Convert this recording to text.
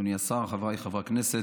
אדוני השר, חבריי חברי הכנסת,